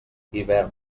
hivern